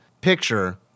picture